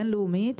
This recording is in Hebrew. בין-לאומית,